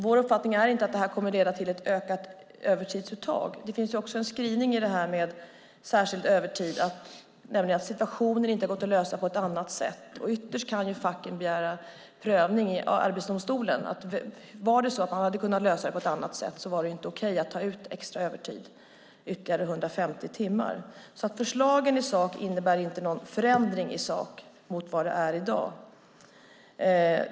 Vår uppfattning är inte att detta kommer att leda till ett ökat övertidsuttag. Det finns också en skrivning beträffande särskild övertid om att situationen inte har gått att lösa på annat sätt. Ytterst kan facken begära prövning i Arbetsdomstolen. Hade man kunnat lösa det på annat sätt var det inte okej att ta ut extra övertid på ytterligare 150 timmar. Förslagen i sak innebär alltså inte någon förändring i sak mot hur det är i dag.